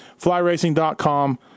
flyracing.com